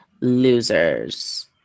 losers